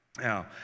now